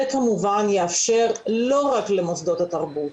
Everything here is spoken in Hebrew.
זה יאפשר לא רק למוסדות התרבות